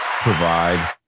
provide